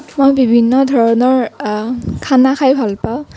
মই বিভিন্ন ধৰণৰ খানা খাই ভাল পাওঁ